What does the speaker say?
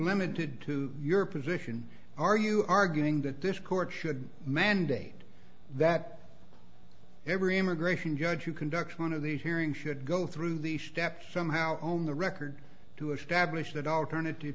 limited to your position are you arguing that this court should mandate that every immigration judge who conducts one of these hearings should go through the steps somehow on the record to establish that alternative